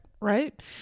right